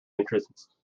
entrance